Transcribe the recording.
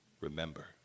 remember